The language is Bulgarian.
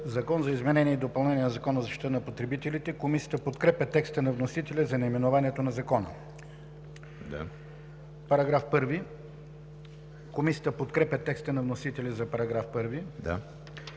„Закон за изменение и допълнение на Закона за защита на потребителите“. Комисията подкрепя текста на вносителя за наименованието на Закона. Комисията подкрепя текста на вносителя за § 1.